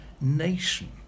nation